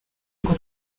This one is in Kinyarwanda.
ngo